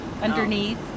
underneath